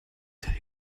till